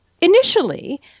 initially